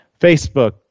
Facebook